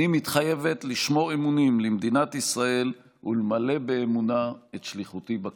אני מתחייבת לשמור אמונים למדינת ישראל ולמלא באמונה את שליחותי בכנסת.